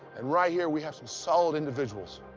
and right here, we have some solid individuals.